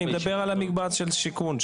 אני מדבר על מקבץ של שיכון,